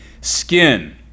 Skin